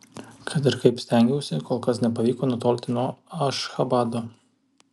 kad ir kaip stengiausi kol kas nepavyko nutolti nuo ašchabado